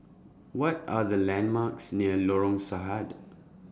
What Are The landmarks near Lorong Sahad